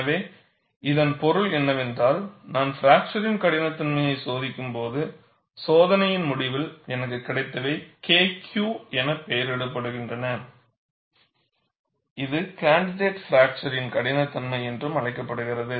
எனவே இதன் பொருள் என்னவென்றால் நான் பிராக்சர் கடினத்தன்மையைச் சோதிக்கும் போது சோதனையின் முடிவில் எனக்குக் கிடைத்தவை KQ என பெயரிடப்படுகின்றன இது கேண்டிடேட் பிராக்சர் கடினத்தன்மை என்றும் அழைக்கப்படுகிறது